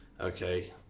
okay